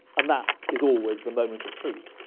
and that is always the moment of truth.